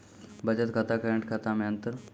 बचत खाता करेंट खाता मे अंतर?